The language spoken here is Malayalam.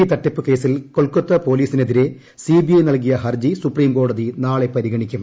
ശാരദാ ചിട്ടി തട്ടിപ്പ് കേസിൽ കൊൽക്കത്ത പൊലീസിനെതിരെ സിബിഐ നൽകിയ ഹർജി സുപ്രീംകോടതി നാളെ പരിഗണിക്കും